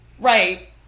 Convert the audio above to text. Right